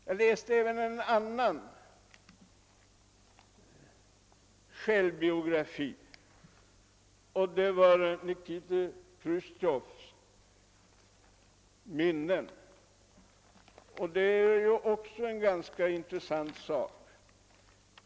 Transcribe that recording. Jag har även läst Nikita Chrustjovs »Minnen» som ju också är ganska intressanta.